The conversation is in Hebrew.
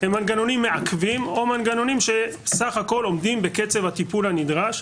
הם מנגנונים מעכבים או מנגנונים שסך הכול עומדים בקצב הטיפול הנדרש.